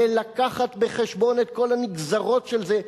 ולהביא בחשבון את כל הנגזרות של זה.